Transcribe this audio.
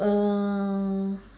um